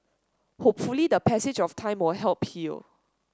hopefully the passage of time will help heal